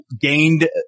gained